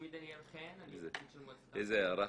שמי דניאל חן, אני נציג של מועצת התלמידים הארצית.